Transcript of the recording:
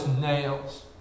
nails